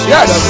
Yes